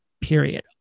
period